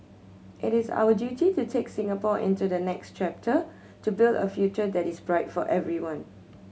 it is our duty to take Singapore into the next chapter to build a future that is bright for everyone